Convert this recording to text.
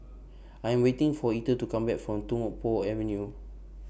I Am waiting For Ether to Come Back from Tung Po Avenue